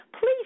please